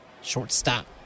shortstop